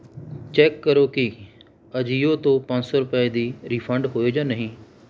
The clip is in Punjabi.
ਚੈੱਕ ਕਰੋ ਕੀ ਅਜੀਓ ਤੋਂ ਪੰਜ ਸੌ ਰੁਪਏ ਦੀ ਰਿਫੰਡ ਹੋਏ ਜਾਂ ਨਹੀਂ